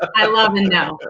i love and know.